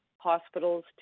hospitals